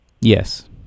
Yes